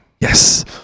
yes